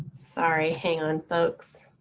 sorry hang on, folks.